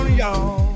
y'all